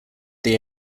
they